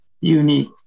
unique